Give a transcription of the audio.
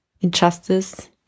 injustice